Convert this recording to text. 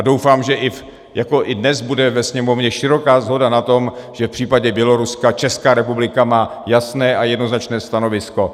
Doufám, že i dnes bude ve Sněmovně široká shoda na tom, že v případě Běloruska Česká republika má jasné a jednoznačné stanovisko.